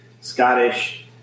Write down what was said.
Scottish